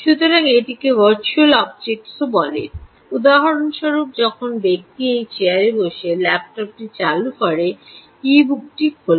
সুতরাং এটিকে ভার্চুয়াল অবজেক্টসও বলে উদাহরণস্বরূপ যখন ব্যক্তি এই চেয়ারে বসে ল্যাপটপটি চালু করে ই বুকটি খোলে